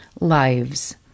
lives